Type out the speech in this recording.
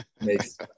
makes